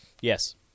Yes